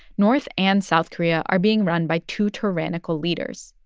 north and south korea are being run by two tyrannical leaders.